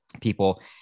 people